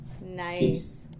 Nice